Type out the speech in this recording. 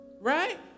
Right